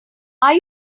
are